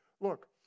Look